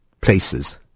places